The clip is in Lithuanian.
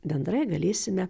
bendrai galėsime